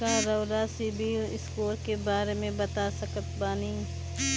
का रउआ CIBIL score के बारे में बता सकतानी?